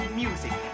music